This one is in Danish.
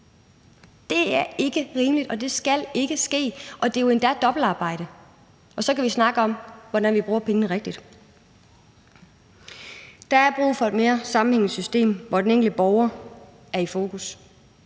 Det er ikke rimeligt, og det skal ikke ske. Og det er endda dobbeltarbejde. Så kan vi snakke om, hvordan vi bruger pengene rigtigt. Der er brug for et mere sammenhængende system, hvor den enkelte borger er i fokus